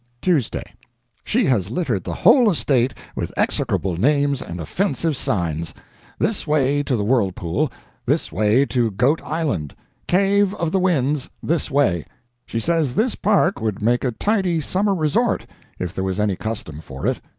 tuesday she has littered the whole estate with execrable names and offensive signs this way to the whirlpool this way to goat island cave of the winds this way she says this park would make a tidy summer resort if there was any custom for it.